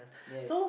yes